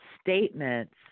statements